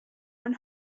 one